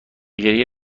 گریه